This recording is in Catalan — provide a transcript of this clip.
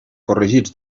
corregits